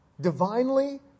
divinely